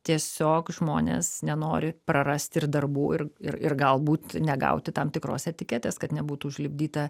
tiesiog žmonės nenori prarasti ir darbų ir ir ir galbūt negauti tam tikros etiketės kad nebūtų užlipdyta